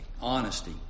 Honesty